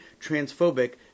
transphobic